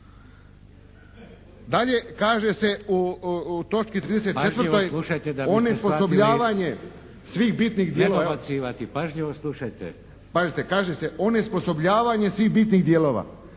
Pazite kaže se: onesposobljavanje svih bitnih dijelova.